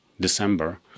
December